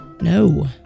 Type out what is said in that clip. no